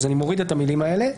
אני מסיר את המילים האלה.